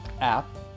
app